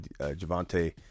Javante